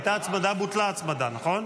הייתה הצמדה, בוטלה ההצמדה, נכון?